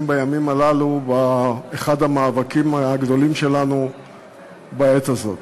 בימים הללו באחד המאבקים הגדולים שלנו בעת הזאת.